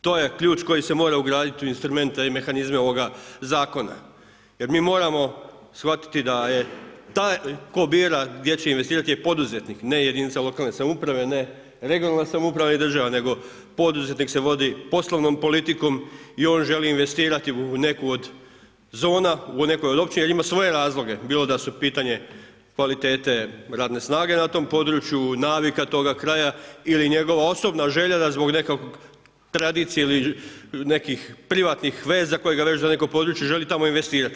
To je ključ koji se mora ugraditi u instrumente i mehanizme ovoga zakona jer mi moramo shvatiti da je taj tko bira gdje će investirati je poduzetnik, ne jedinica lokalne samouprave, ne regionalne samouprave i država nego poduzetnik se vodi poslovnom politikom i on želi investirati u neku od zona u neku od općina jer ima svoje razloge, bilo da su u pitanju kvalitete radne snage na po tom području, navika toga kraja ili njegova osobna želja da zbog neke tradicije ili nekih privatnih veza koje ga vežu za neko područje želi tamo investirati.